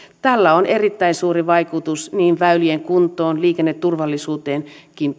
tällä on erittäin suuri vaikutus niin väylien kuntoon liikenneturvallisuuteen